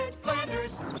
Flanders